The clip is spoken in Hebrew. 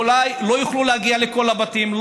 אולי לא יוכלו להגיע לכל הבתים,